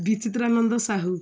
Bichitrananda Sahu